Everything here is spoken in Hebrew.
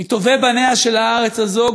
מטובי בניה של הארץ הזו,